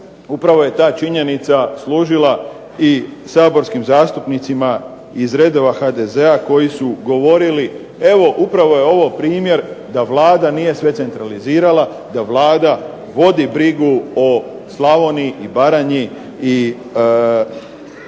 upravo je ta činjenica služila i saborskim zastupnicima iz redova HDZ-a koji su govorili evo upravo je ovo primjer da Vlada nije sve centralizirala, da Vlada vodi brigu o Slavoniji i Baranji i da